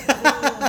true